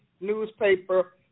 newspaper